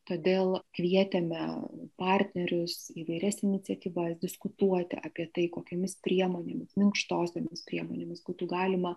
todėl kvietėme partnerius įvairias iniciatyvas diskutuoti apie tai kokiomis priemonėmis minkštosiomis priemonėmis būtų galima